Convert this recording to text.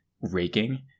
raking